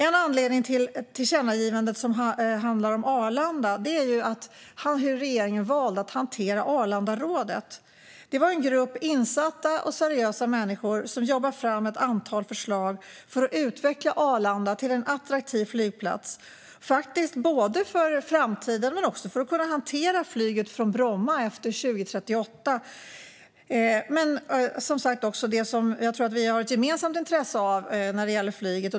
En anledning till tillkännagivandet om Arlanda är hur regeringen valde att hantera Arlandarådet. Det var en grupp insatta och seriösa människor som jobbade fram ett antal förslag för att utveckla Arlanda till en attraktiv flygplats, faktiskt både för framtiden och för att kunna hantera flyget från Bromma efter 2038. Men det handlade också om det som jag tror att vi har ett gemensamt intresse av när det gäller flyget.